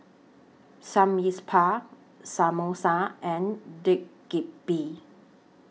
Samgyeopsal Samosa and Dak Galbi